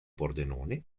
pordenone